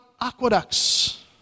aqueducts